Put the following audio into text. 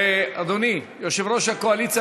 אדוני יושב-ראש הקואליציה,